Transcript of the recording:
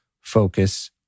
focus